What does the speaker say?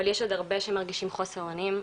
אבל יש עוד הרבה שמרגישים חוסר אונים,